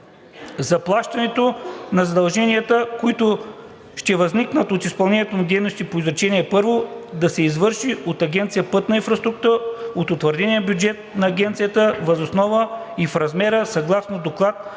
Заплащането на задълженията, които ще възникнат от изпълнението на дейностите по изречение първо, да се извърши от Агенция „Пътна инфраструктура“ от утвърдения бюджет на Агенцията въз основа и в размера съгласно доклад